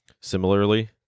Similarly